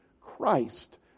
Christ